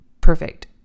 perfect